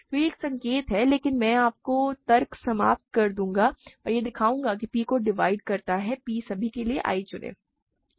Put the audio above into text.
तो यह एक संकेत है लेकिन मैं आपको तर्क समाप्त करने दूंगा और यह दिखाऊंगा कि p को डिवाइड करता है p सभी के लिए i चुनें